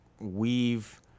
weave